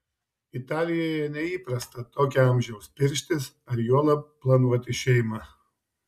italijoje neįprasta tokio amžiaus pirštis ar juolab planuoti šeimą